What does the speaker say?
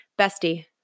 bestie